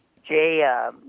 Jay